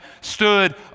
stood